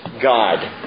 God